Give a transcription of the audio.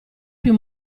più